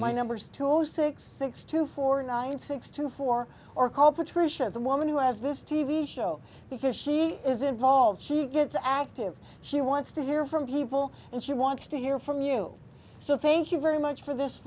my numbers to zero six six two four nine six two four or call patricia the woman who has this t v show because she is involved she gets active she wants to hear from people and she wants to hear from you so thank you very much for this